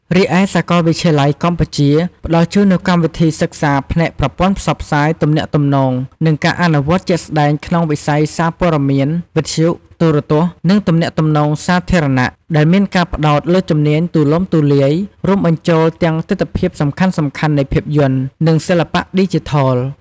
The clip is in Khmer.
រីឯ សាកលវិទ្យាល័យកម្ពុជា ផ្តល់ជូននូវកម្មវិធីសិក្សាផ្នែក ប្រព័ន្ធផ្សព្វផ្សាយ ទំនាក់ទំនង និងការអនុវត្តជាក់ស្ដែងក្នុងវិស័យសារព័ត៌មាន វិទ្យុ ទូរទស្សន៍ និងទំនាក់ទំនងសាធារណៈ ដែលមានការផ្ដោតលើជំនាញទូលំទូលាយ រួមបញ្ចូលទាំងទិដ្ឋភាពសំខាន់ៗនៃភាពយន្ត និងសិល្បៈឌីជីថល។